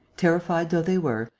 terrified though they were,